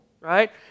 right